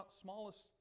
smallest